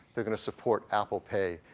they're going to support apple pay,